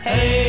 Hey